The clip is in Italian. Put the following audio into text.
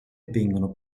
vengono